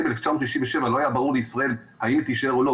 ב-1997 לא היה ברור לישראל האם היא תישאר או לא,